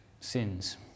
sins